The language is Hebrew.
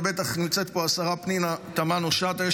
ובטח נמצאת פה השרה פנינה תמנו שטה,